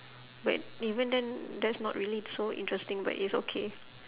but even then that's not really so interesting but it's okay